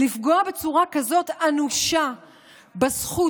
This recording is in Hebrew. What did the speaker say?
לפגוע בצורה כזאת אנושה בזכות,